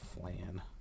Flan